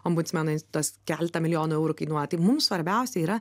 ombudsmenais tas keletą milijonų eurų kainuoti mums svarbiausia yra